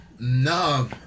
no